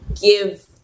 give